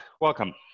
welcome